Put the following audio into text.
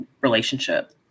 relationship